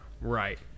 Right